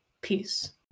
Peace